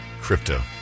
crypto